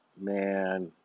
Man